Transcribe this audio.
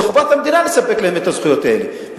זה חובת המדינה לספק להם את הזכויות האלה.